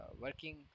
working